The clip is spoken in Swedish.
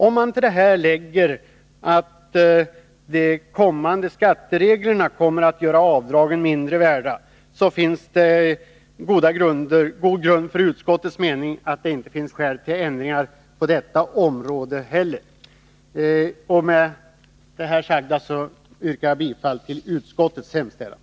Om man till detta lägger att de kommande skattereglerna gör avdragen mindre värda, kommer man fram till att det finns god grund för utskottets mening att det inte behövs ändringar på detta område heller. Med det sagda yrkar jag bifall till utskottets hemställan.